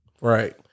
right